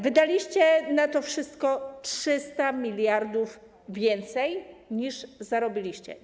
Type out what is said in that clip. Wydaliście na to wszystko 300 mld zł więcej, niż zarobiliście.